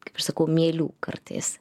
kaip aš sakau mielių kartais